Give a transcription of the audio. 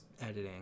editing